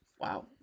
Wow